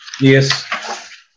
Yes